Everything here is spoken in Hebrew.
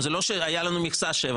זה לא שהייתה לנו מכסה של שבע,